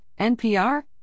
NPR